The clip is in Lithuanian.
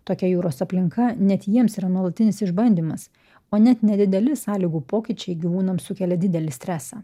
tokia jūros aplinka net jiems yra nuolatinis išbandymas o net nedideli sąlygų pokyčiai gyvūnams sukelia didelį stresą